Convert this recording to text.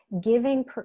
giving